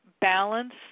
balance